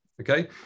Okay